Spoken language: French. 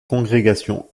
congrégation